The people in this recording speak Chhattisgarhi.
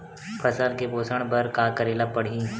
फसल के पोषण बर का करेला पढ़ही?